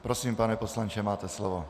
Prosím, pane poslanče, máte slovo.